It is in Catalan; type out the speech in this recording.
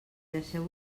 deixeu